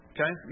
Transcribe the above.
Okay